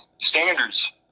Standards